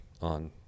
on